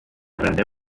prende